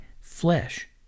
flesh